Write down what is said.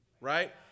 Right